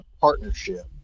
partnership